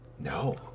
No